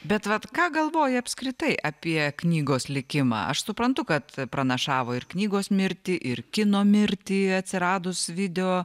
bet vat ką galvoji apskritai apie knygos likimą aš suprantu kad pranašavo ir knygos mirtį ir kino mirtį atsiradus video